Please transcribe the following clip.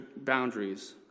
boundaries